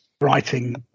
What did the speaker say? writing